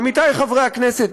עמיתי חברי הכנסת,